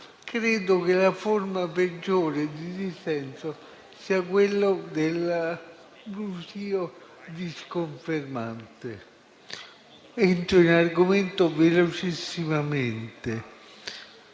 credo che la forma peggiore di dissenso sia quello del brusìo disconfermante. Entro velocemente